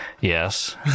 Yes